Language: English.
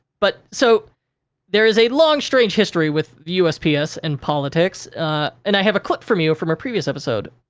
but, so there is a long, strange history with the usps and politics and i have a clip from you, from a previous episode.